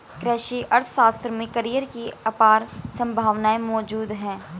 कृषि अर्थशास्त्र में करियर की अपार संभावनाएं मौजूद है